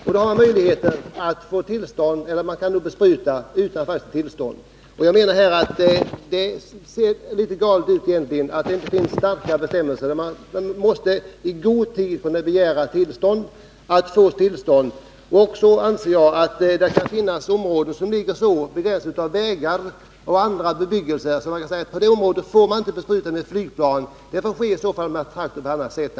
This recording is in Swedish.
I sådana fall går det faktiskt att bespruta utan tillstånd. Enligt min mening är det fel att det inte finns klara bestämmelser som innebär att man i god tid måste begära tillstånd. I vissa områden finns det också vägar och annat som göratt besprutning inte bör ske från flygplan. Skall det bli tal om besprutning borde det i så fall ske på annat sätt.